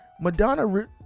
Madonna